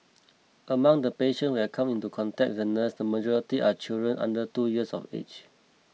among the patient we are coming into contact with the nurse the majority are children under two years of age